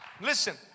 Listen